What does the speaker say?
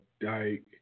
dyke